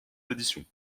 d’édition